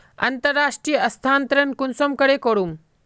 अंतर्राष्टीय स्थानंतरण कुंसम करे करूम?